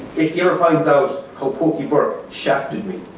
if he ever finds out how pokey burke shafted me,